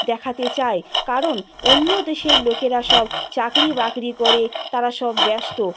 দেখাতে চাই কারণ অন্য দেশের লোকেরা সব চাকরি বাকরি করে তারা সব ব্যস্ত